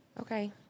Okay